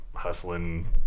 hustling